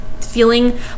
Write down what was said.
feeling